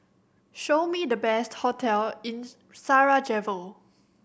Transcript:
show me the best hotel in Sarajevo